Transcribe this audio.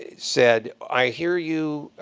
ah said, i hear you.